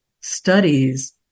studies